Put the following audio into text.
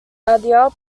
adair